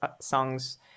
songs